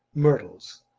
myrtles,